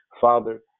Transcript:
Father